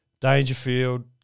Dangerfield